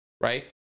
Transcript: right